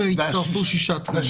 שלושה, ויצטרפו שישה תקנים.